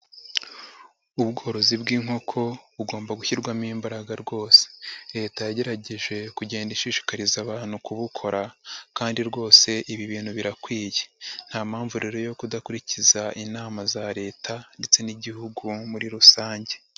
Ubworozi bw'inkoko bugomba gushyirwamo imbaraga rwose, Leta yagerageje kugenda ishishikariza abantu kubukora kandi rwose ibi bintu birakwiye. Nta mpamvu rero yo kudakurikiza inama za Leta ndetse n'Igihugu muri rusange.